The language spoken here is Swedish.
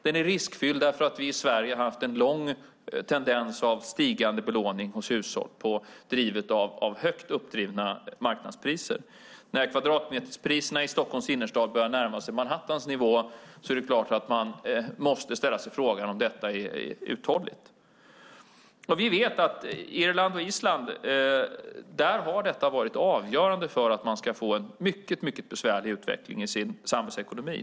Den är riskfylld därför att vi i Sverige haft en lång tendens av stigande belåning hos hushåll driven av högt uppdrivna marknadspriser. När kvadratmeterpriserna i Stockholms innerstad börjar närma sig Manhattans nivå är det klart att man måste ställa sig frågan om detta är uthålligt. Vi vet att detta har varit avgörande i Irland och Island för att de ska få en mycket besvärlig utveckling i sin samhällsekonomi.